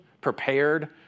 prepared